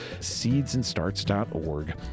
Seedsandstarts.org